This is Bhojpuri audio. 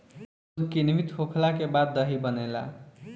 दूध किण्वित होखला के बाद दही बनेला